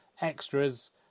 extras